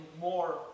more